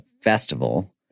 festival